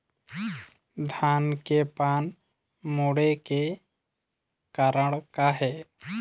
धान के पान मुड़े के कारण का हे?